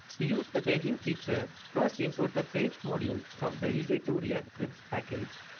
to use the paging feature first import the page module from the e j two react grids package.